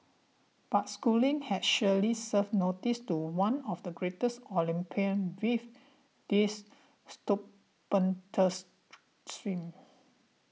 but Schooling has surely served notice to one of the greatest Olympian with this stupendous swim